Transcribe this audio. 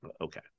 okay